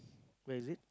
where is it